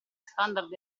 standard